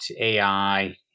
AI